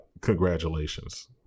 Congratulations